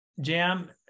jam